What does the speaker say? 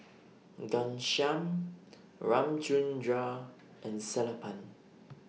Ghanshyam Ramchundra and Sellapan